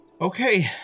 okay